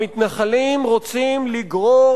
המתנחלים רוצים לגרור